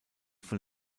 von